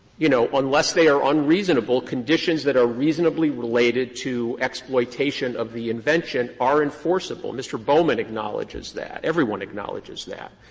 you know, unless they are unreasonable, conditions that are reasonably related to exploitation of the invention are enforceable. mr. bowman acknowledges that. everyone acknowledges that.